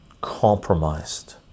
compromised